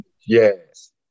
Yes